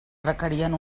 requerien